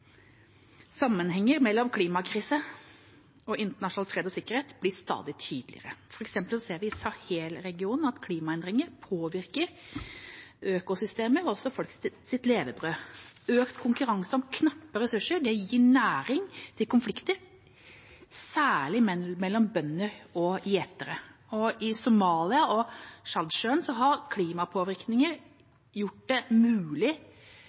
Sammenhenger mellom klimakrisen og internasjonal fred og sikkerhet blir stadig tydeligere. For eksempel ser vi i Sahel-regionen at klimaendringer påvirker økosystemer og folks levebrød. Økt konkurranse om knappe ressurser gir næring til konflikter, særlig mellom bønder og gjetere. I Somalia og Tsjadsjøen har klimapåvirkningene gjort det mulig